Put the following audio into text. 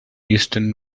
eastern